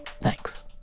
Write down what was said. Thanks